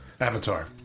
Avatar